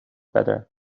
better